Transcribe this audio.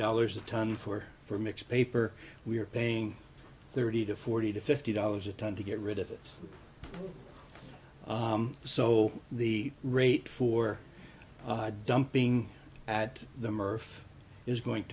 dollars a tonne for for mixed paper we are paying thirty to forty to fifty dollars a tonne to get rid of it so the rate for dumping at the murph is going